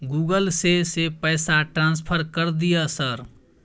Google से से पैसा ट्रांसफर कर दिय सर?